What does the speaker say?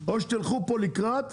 או שתלכו פה לקראת,